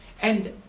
and